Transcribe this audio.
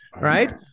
right